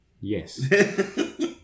Yes